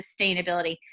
sustainability